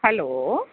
hello